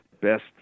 best